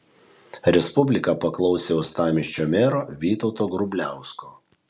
respublika paklausė uostamiesčio mero vytauto grubliausko